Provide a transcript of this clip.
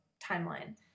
timeline